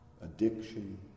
addiction